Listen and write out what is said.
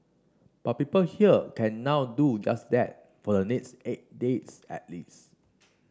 but people here can now do just that for the next eight days at least